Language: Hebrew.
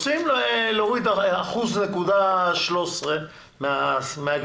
רוצים להוריד אחוז נקודה 13 מהגמלה.